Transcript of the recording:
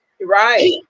Right